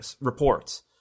reports